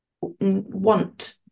want